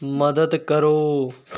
ਮਦਦ ਕਰੋ